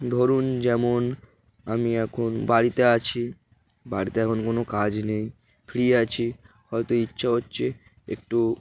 ধরুন যেমন আমি এখন বাড়িতে আছি বাড়িতে এখন কোনো কাজ নেই ফ্রি আছি হয়তো ইচ্ছা হচ্ছে একটু